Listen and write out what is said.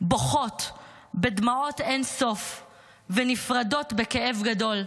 בוכות בדמעות אין-סוף ונפרדות בכאב גדול.